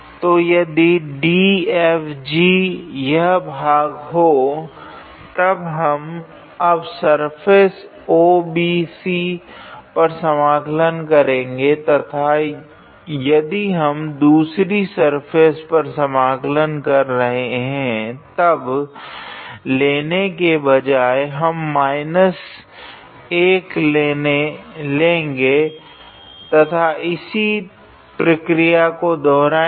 तो यदि DFG यह भाग हो तब हम अब सर्फेस OBC पर समाकलन करेगे तथा यदि हम उस दूसरी सर्फेस पर समाकलन कर रहे है तब i लेने के बजाए हम -i लेगे तथा इसी प्रक्रिया को दोहराएगे